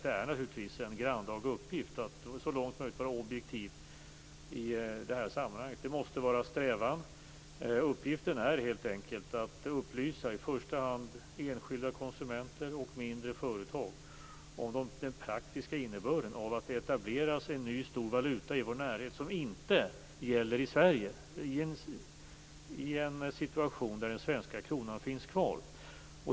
Det är naturligtvis en grannlaga uppgift att så långt möjligt vara objektiv i det här sammanhanget. Det måste vara strävan. Uppgiften är helt enkelt att upplysa i första hand enskilda konsumenter och mindre företag om den praktiska innebörden av att det etableras en ny stor valuta i vår närhet som inte gäller i Sverige, alltså i en situation där den svenska kronan finns kvar.